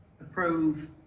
Approve